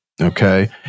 okay